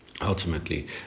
ultimately